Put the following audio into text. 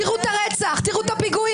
תראו את הרצח, תראו את הפיגועים.